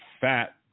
fat